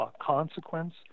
consequence